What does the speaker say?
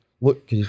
look